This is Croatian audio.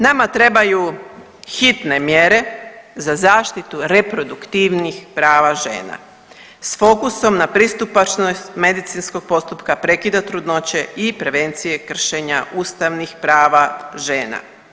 Nama trebaju hitne mjere za zaštitu reproduktivnih prava žena s fokusom na pristupačnost medicinskog postupka prekida trudnoće i prevencije kršenja ustavnih prava žena.